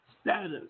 status